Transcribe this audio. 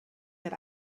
that